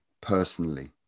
personally